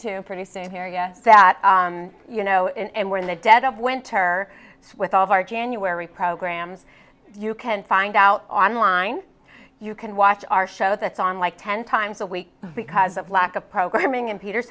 two pretty soon here yes that you know and we're in the dead of winter with all of our january programs you can find out online you can watch our show that's on like ten times a week because of lack of programming and peter